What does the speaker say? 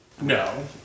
No